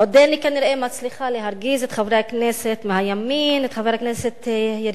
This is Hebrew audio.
עודני מצליחה כנראה להרגיז את חברי הכנסת מהימין,